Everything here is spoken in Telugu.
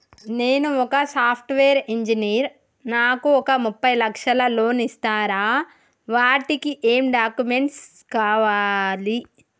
నేను ఒక సాఫ్ట్ వేరు ఇంజనీర్ నాకు ఒక ముప్పై లక్షల లోన్ ఇస్తరా? వాటికి ఏం డాక్యుమెంట్స్ కావాలి?